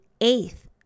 eighth